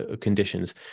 conditions